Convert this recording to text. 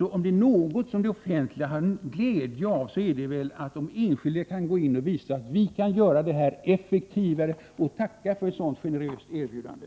Om det är något som det offentliga har glädje av är det väl när de enskilda Omstatsbidragen kan gå in och visa att de kan vara effektivare. Man bör tacka för ett sådant till privata daghem, generöst erbjudande.